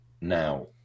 now